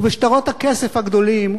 ובשטרות הכסף הגדולים?